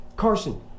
Carson